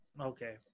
Okay